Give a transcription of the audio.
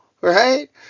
right